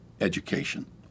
education